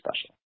special